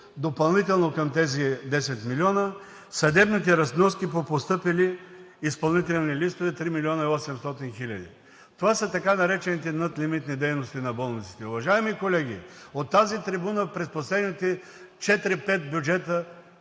допълнително към тези 10 милиона. Съдебните разноски по постъпили изпълнителни листове – 3 милиона 800 хиляди. Това са така наречените надлимитни дейности на болниците. Уважаеми колеги, от тази трибуна през последните четири-пет